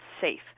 safe